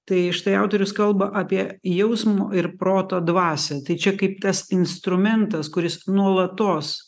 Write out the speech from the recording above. tai štai autorius kalba apie jausmo ir proto dvasią tai čia kaip tas instrumentas kuris nuolatos